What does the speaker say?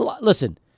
listen